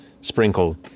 Sprinkle